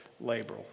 labor